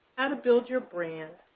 how to build your brand,